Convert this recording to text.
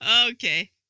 Okay